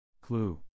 Clue